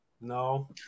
No